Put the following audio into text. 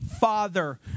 Father